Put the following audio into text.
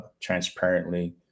transparently